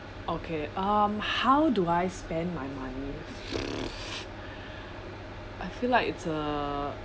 okay um how do I spend my money I feel like it's a